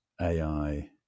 AI